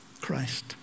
Christ